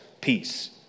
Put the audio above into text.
peace